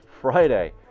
Friday